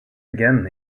again